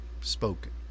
spoken